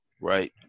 right